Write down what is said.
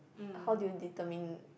how do you determine